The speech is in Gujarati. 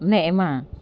ને એમાં